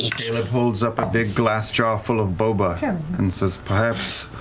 caleb holds up a big glass jar full of boba and says perhaps